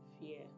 fear